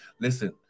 Listen